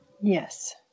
Yes